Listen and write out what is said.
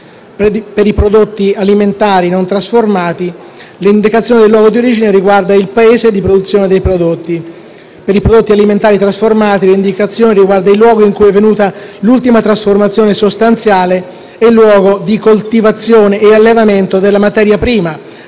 Per i prodotti alimentari non trasformati, l'indicazione del luogo di origine riguarda il Paese di produzione dei prodotti. Per i prodotti alimentari trasformati, l'indicazione riguarda il luogo in cui è avvenuta l'ultima trasformazione sostanziale e il luogo di coltivazione e allevamento della materia prima